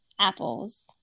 apples